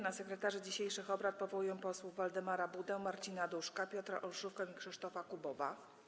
Na sekretarzy dzisiejszych obrad powołuję posłów Waldemara Budę, Marcina Duszka, Piotra Olszówkę i Krzysztofa Kubowa.